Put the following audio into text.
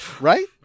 Right